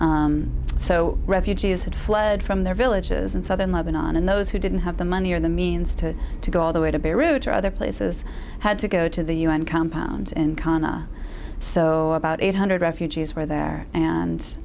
so refugees had fled from their villages in southern lebanon and those who didn't have the money or the means to go all the way to beirut or other places had to go to the un compound in qana so about eight hundred refugees were there